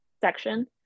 section